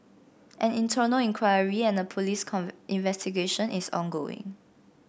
an internal inquiry and a police investigation is ongoing